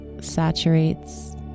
saturates